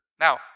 Now